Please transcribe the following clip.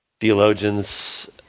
theologians